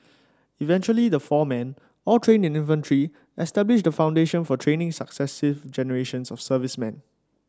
eventually the four men all trained in infantry established the foundation for training successive generations of servicemen